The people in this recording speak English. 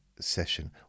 session